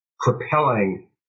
propelling